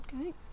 Okay